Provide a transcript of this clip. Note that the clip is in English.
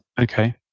Okay